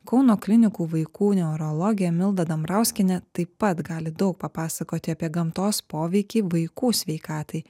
kauno klinikų vaikų neurologė milda dambrauskienė taip pat gali daug papasakoti apie gamtos poveikį vaikų sveikatai